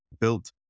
built